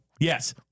Yes